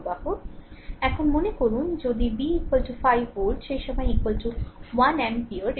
এখন মনে করুন যে যদি v 5 ভোল্ট সেই সময়ে 1 এমপিয়ার